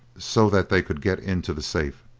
so that they could get into the safe.